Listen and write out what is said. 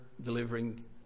delivering